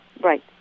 Right